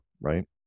right